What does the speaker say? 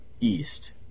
East